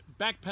backpedal